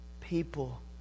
people